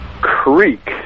Creek